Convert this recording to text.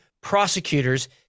prosecutors